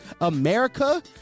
america